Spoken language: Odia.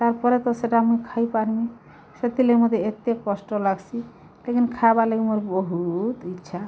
ତାର୍ ପରେ ତ ସେଟା ମୁଇଁ ଖାଇପାର୍ମି ସେଥିଲାଗି ମୋତେ ଏତେ କଷ୍ଟ ଲାଗ୍ସି ଲେକିନ୍ ଖାଏବା ଲାଗି ମୋତେ ବହୁତ୍ ଇଚ୍ଛା